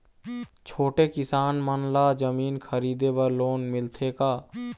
छोटे किसान मन ला जमीन खरीदे बर लोन मिलथे का?